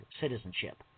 citizenship